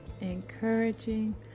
encouraging